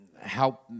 help